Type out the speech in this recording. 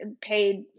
paid